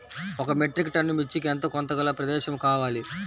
ఒక metric ton మిర్చికి ఎంత కొలతగల ప్రదేశము కావాలీ?